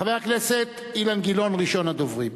חבר הכנסת אילן גילאון, ראשון הדוברים.